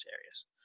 areas